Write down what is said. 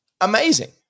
amazing